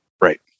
Right